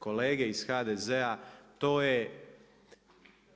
Kolege iz HDZ-a to je